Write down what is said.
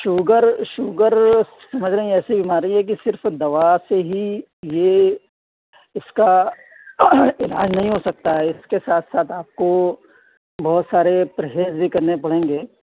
sugar sugar سمجھ رہے ہیں ایسی بیماری ہے کہ صرف دوا سے ہی یہ اِس کا علاج نہیں ہوسکتا ہے اِس کے ساتھ ساتھ آپ کو بہت سارے پرہیز بھی کرنے پڑیں گے